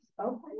okay